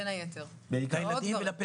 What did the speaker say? נכון, בין היתר, ועוד דברים.